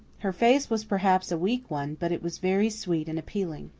her face was perhaps a weak one, but it was very sweet and appealing.